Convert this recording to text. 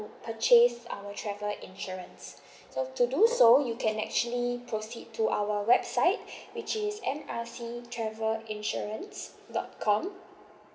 purchase our travel insurance so to do so you can actually proceed to our website which is M R C travel insurance dot com